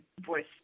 voice